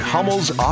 Hummel's